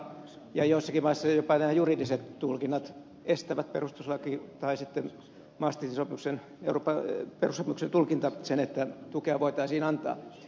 ja joissakin maissa jopa nämä juridiset tulkinnat perustuslaki tai maastrichtin sopimuksen euroopan perussopimuksen tulkinta estävät sen että tukea voitaisiin antaa